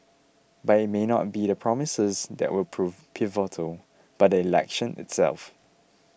but it may not be the promises that will prove pivotal but the election itself